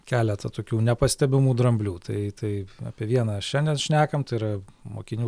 keletą tokių nepastebimų dramblių tai tai apie vieną šiandien šnekam tai yra mokinių